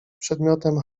przedmiotem